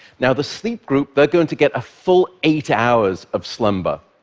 now the sleep group, they're going to get a full eight hours of slumber,